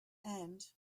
and